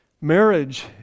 Marriage